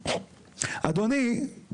הבנתי.